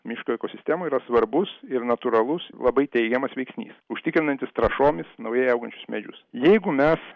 miško ekosistemoj yra svarbus ir natūralus labai teigiamas veiksnys užtikrinantis trąšomis naujai augančius medžius jeigu mes